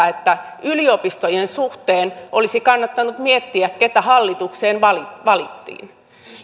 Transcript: että yliopistojen suhteen olisi kannattanut miettiä keitä hallitukseen valittiin valittiin